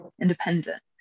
independent